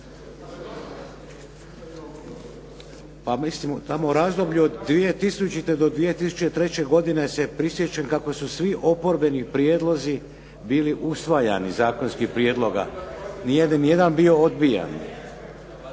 Pa mislim tamo u razdoblju od 2000. do 2003. godine se prisjećam kako su svi oporbeni prijedlozi bili usvajani zakonskih prijedloga, nije nijedan bio odbijan